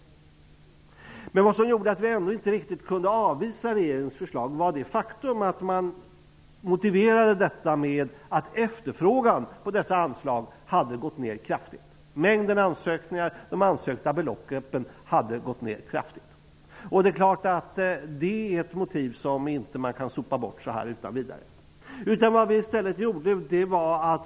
Men det som gjorde att vi ändå inte kunde avvisa regeringens förslag var det faktum att förslaget motiverades med att efterfrågan på pengar från detta anslag hade kraftigt minskat. Mängden ansökningar och de ansökta beloppen hade minskat kraftigt. Det är ett motiv som inte utan vidare går att sopa bort.